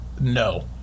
No